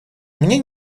мне